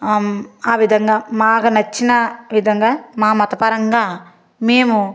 ఆ విధంగా మాకు నచ్చిన విధంగా మా మతపరంగా మేము